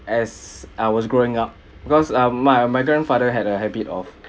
as I was growing up because uh my my grandfather had a habit of